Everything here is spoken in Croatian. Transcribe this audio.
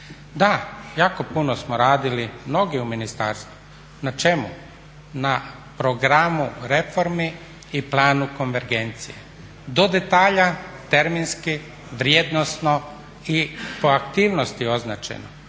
Da, jako puno smo radili mnogi u ministarstvu. Na čemu? Na programu reformi i planu konvergencije. Do detalja terminski, vrijednosno i po aktivnosti označeno.